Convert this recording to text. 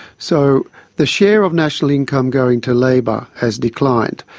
so the share of national income going to labour has declined.